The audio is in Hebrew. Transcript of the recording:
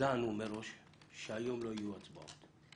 הודענו מראש שהיום לא יהיו הצבעות.